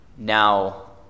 Now